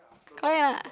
correct lah